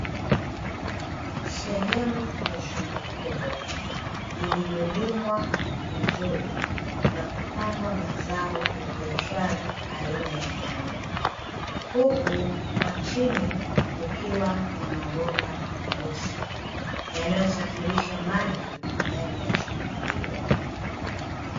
Sehemu ya shamba kubwa iliyo limwa vizuri na kupandwa mazao ya biashara aina ya nyanya, huku kwa chini kukiwa na mabomba meusi yanayosafirisha maji ndani ya shamba hilo.